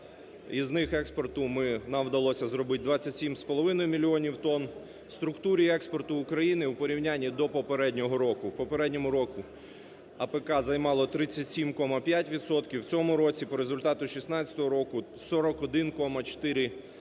із них експорту нам вдалося зробить 27,5 мільйонів тон. У структурі експорту України у порівнянні до попереднього року, у попередньому році АПК займало 37,5 відсотків, у цьому році по результатам 16-го року – 41,4